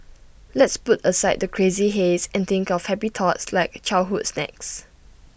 let's put aside the crazy haze and think of happy thoughts like childhood snacks